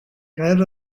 gair